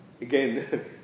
again